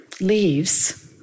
leaves